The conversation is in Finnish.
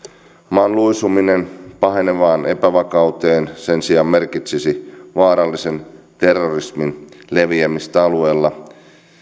maan luisuminen pahenevaan epävakauteen sen sijaan merkitsisi vaarallisen terrorismin leviämistä alueella